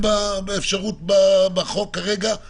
כשנגמרים הצמידים אתה אומר שאוכלוסיות מסוימות הולכות הביתה בלי כלום,